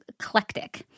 eclectic